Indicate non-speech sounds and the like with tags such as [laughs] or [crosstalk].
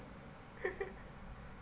[laughs]